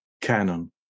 canon